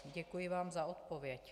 Děkuji vám za odpověď.